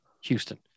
Houston